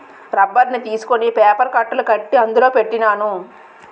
రబ్బర్ని తీసుకొని పేపర్ కట్టలు కట్టి అందులో పెట్టినాను